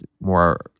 more